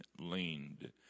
leaned